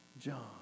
John